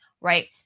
right